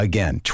Again